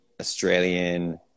Australian